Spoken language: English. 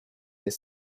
his